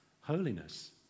holiness